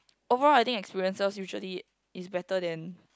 overall I think experiences usually is better than